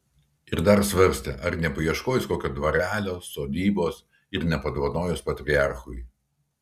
ir dar svarstė ar nepaieškojus kokio dvarelio sodybos ir nepadovanojus patriarchui